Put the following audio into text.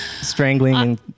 Strangling